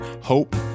hope